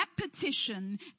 repetition